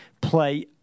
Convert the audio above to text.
play